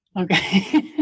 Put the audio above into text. Okay